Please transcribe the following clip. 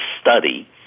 study